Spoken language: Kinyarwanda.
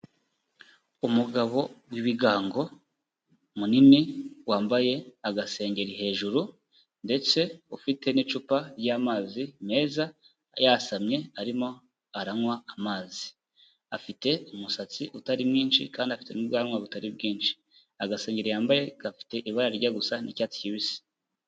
Umugabo w'ibigango, munini wambaye agasengeri hejuru ndetse ufite n'icupa ry'amazi meza yasamye arimo aranywa amazi, afite umusatsi utari mwinshi kandi afite n'ubwanwa butari bwinshi, agasengeri yambaye gafite ibara rijya gusa n'icyatsi kibisi.